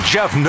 Jeff